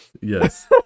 Yes